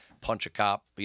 punch-a-cop